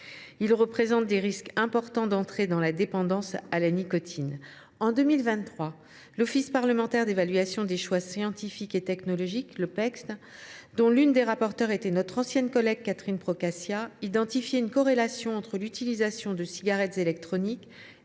courir des risques importants de dépendance à la nicotine. En 2023, l’Office parlementaire d’évaluation des choix scientifiques et technologiques (Opecst), dont l’une des rapporteurs était notre ancienne collègue Catherine Procaccia, identifiait une corrélation entre l’utilisation de cigarettes électroniques